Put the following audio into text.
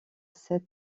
cet